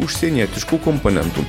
užsienietiškų komponentų